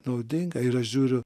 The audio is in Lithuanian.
naudinga ir aš žiūriu